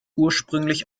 ursprünglich